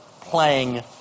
playing